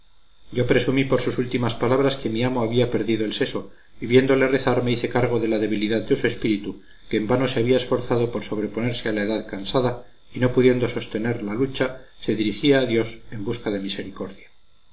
yo presumí por sus últimas palabras que mi amo había perdido el seso y viéndole rezar me hice cargo de la debilidad de su espíritu que en vano se había esforzado por sobreponerse a la edad cansada y no pudiendo sostener la lucha se dirigía a dios en busca de misericordia